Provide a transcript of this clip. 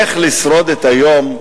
איך לשרוד את היום,